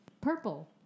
Purple